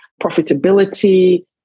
profitability